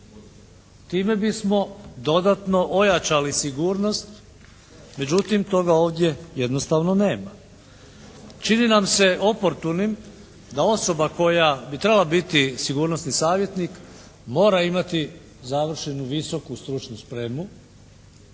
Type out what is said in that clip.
Time bismo dodatno ojačali sigurnost, međutim toga ovdje jednostavno nema. Čini nam se oportunim da osoba koja bi trebala biti sigurnosni savjetnik mora imati završenu visoku stručnu spremu,